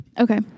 Okay